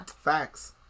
Facts